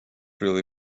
really